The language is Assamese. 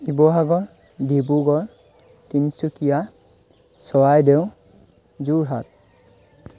শিৱসাগৰ ডিব্ৰুগড় তিনিচুকীয়া চৰাইদেউ যোৰহাট